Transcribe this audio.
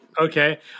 Okay